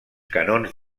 canons